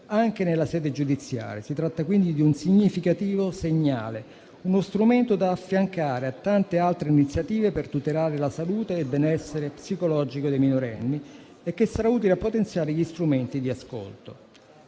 anche nella sede giudiziaria. Si tratta quindi di un significativo segnale; uno strumento da affiancare a tante altre iniziative per tutelare la salute e il benessere psicologico dei minorenni, e che sarà utile a potenziare gli strumenti di ascolto.